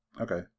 Okay